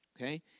Okay